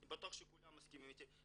ואני בטוח שכולם מסכימים איתי,